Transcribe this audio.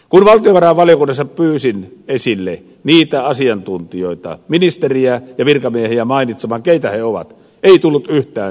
kun valtiovarainvaliokunnassa pyysin esille niitä asiantuntijoita ministeriä ja virkamiehiä mainitsemaan keitä he ovat ei tullut yhtään selkeätä nimeä